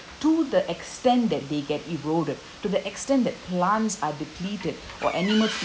to the extent that they get eroded to the extent that plants are depleted or animals